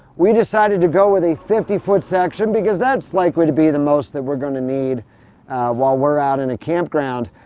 we decided to go with a fifty foot section because that's likely to be the most that we're going to need while we're out in a campground,